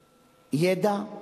ידע.